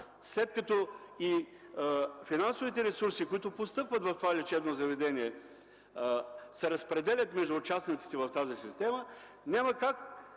след като и финансовите ресурси, които постъпват в това лечебно заведение, се разпределят между участниците в тази система, няма как